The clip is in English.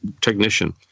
technician